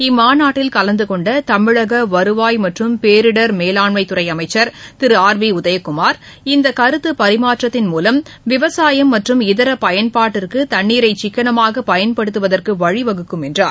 இம்மாநாட்டில் கலந்து கொண்ட தமிழக வருவாய் மற்றும் பேரிடர் மேலாண்மை துறை அமைச்சர் திரு ஆர் பி உதயகுமார் இந்தக் கருத்துப் பரிமாற்றத்தின் மூலம் விவசாயம் மற்றும் இதர பயன்பாட்டிற்கு தண்ணீரை சிக்கனமாக பயன்படுத்துவதற்கு வழிவகுக்கும் என்றார்